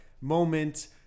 moment